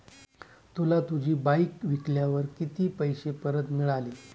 तुला तुझी बाईक विकल्यावर किती पैसे परत मिळाले?